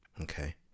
Okay